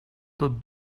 tot